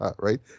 right